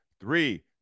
Three